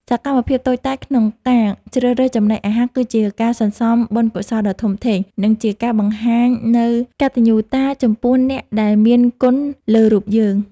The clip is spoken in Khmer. សកម្មភាពតូចតាចក្នុងការជ្រើសរើសចំណីអាហារគឺជាការសន្សំបុណ្យកុសលដ៏ធំធេង និង ជាការបង្ហាញនូវកតញ្ញូតាចំពោះអ្នកដែលមានគុណលើរូបយើង។